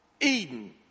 Eden